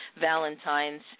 Valentine's